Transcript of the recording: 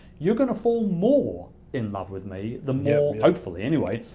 you're gonna fall more in love with me, the more, hopefully anyway,